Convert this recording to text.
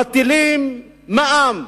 מטילים מע"מ,